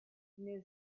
new